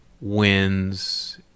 wins